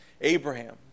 Abraham